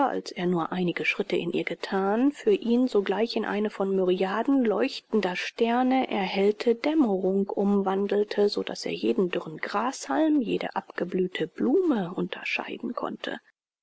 als er nur einige schritte in ihr gethan für ihn sogleich in eine von myriaden leuchtender sterne erhellte dämmerung umwandelte so daß er jeden dürren grashalm jede abgeblühte blume unterscheiden konnte